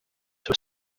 were